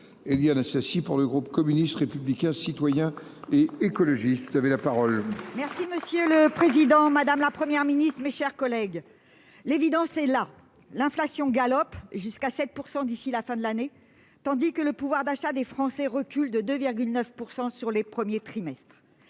Éliane Assassi, pour le groupe communiste républicain citoyen et écologiste. Monsieur le président, madame la Première ministre, mes chers collègues, l'évidence est là : l'inflation galope, jusqu'à 7 % d'ici à la fin de l'année, tandis que le pouvoir d'achat des Français recule de 2,9 % sur les premiers trimestres.